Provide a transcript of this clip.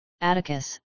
Atticus